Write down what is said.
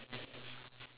okay